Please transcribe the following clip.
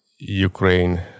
Ukraine